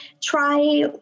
try